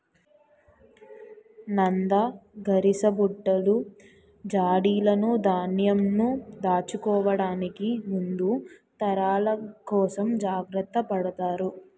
నంద, గరిసబుట్టలు, జాడీలును ధాన్యంను దాచుకోవడానికి ముందు తరాల కోసం జాగ్రత్త పడతారు